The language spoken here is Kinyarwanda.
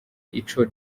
ico